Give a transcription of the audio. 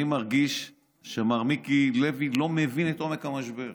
אני מרגיש שמר מיקי לוי לא מבין את עומק המשבר.